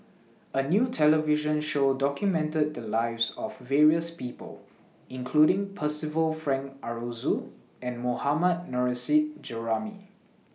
A New television Show documented The Lives of various People including Percival Frank Aroozoo and Mohammad Nurrasyid Juraimi